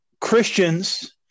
Christians